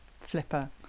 Flipper